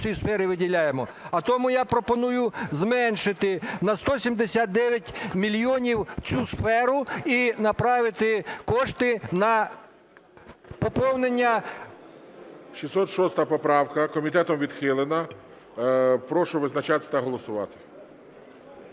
у цій сфері виділяємо. А тому я пропоную зменшити на 179 мільйонів цю сферу і направити кошти на поповнення… ГОЛОВУЮЧИЙ. 606 поправка комітетом відхилена. Прошу визначатись та голосувати.